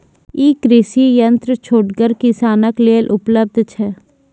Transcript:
ई कृषि यंत्र छोटगर किसानक लेल उपलव्ध छै?